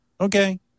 okay